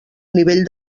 nivell